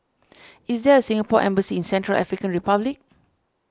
is there a Singapore Embassy in Central African Republic